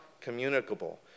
communicable